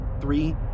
Three